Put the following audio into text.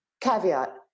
caveat